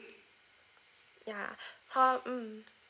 ya how~ um